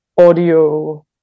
audio